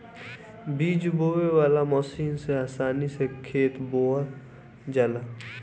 बीज बोवे वाला मशीन से आसानी से खेत बोवा जाला